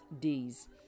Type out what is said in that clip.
days